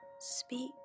Speak